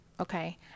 Okay